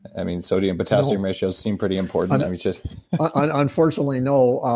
i mean, sodium, potassium ratios seem pretty important and we should. and unfortunately no.